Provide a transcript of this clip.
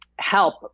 help